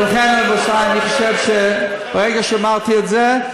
ולכן, רבותי, אני חושב שברגע שאמרתי את זה,